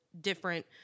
different